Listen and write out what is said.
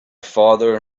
father